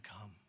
come